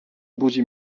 budzi